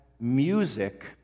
music